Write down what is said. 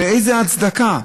באיזו הצדקה?